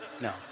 no